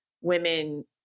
women